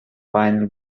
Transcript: final